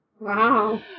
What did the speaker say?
Wow